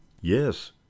yes